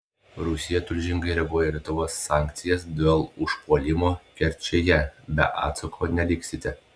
rusija tulžingai reaguoja į lietuvos sankcijas dėl užpuolimo kerčėje be atsako neliksite